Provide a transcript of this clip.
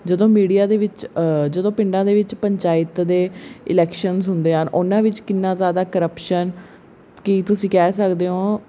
ਜਦੋਂ ਮੀਡੀਆ ਦੇ ਵਿੱਚ ਜਦੋਂ ਪਿੰਡਾਂ ਦੇ ਵਿੱਚ ਪੰਚਾਇਤ ਦੇ ਇਲੈਕਸ਼ਨਜ਼ ਹੁੰਦੇ ਹਨ ਉਹਨਾਂ ਵਿੱਚ ਕਿੰਨਾ ਜ਼ਿਆਦਾ ਕਰਪਸ਼ਨ ਕੀ ਤੁਸੀਂ ਕਹਿ ਸਕਦੇ ਹੋ